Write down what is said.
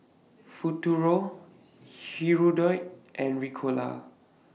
Futuro Hirudoid and Ricola